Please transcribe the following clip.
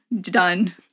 done